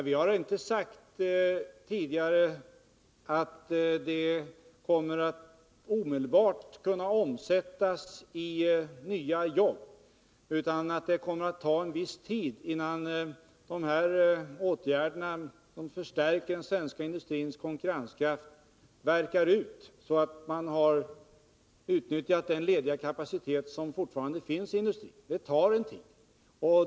Men vi har inte sagt att detta paket omedelbart kommer att kunna omsättas i nya jobb utan att det kommer att ta en viss tid innan de här åtgärderna, som förstärker den svenska industrins konkurrenskraft, verkar ut så att man har utnyttjat den lediga kapacitet som fortfarande finns i industrin. Det tar en tid.